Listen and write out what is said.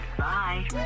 bye